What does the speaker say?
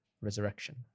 resurrection